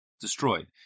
destroyed